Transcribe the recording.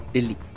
Delhi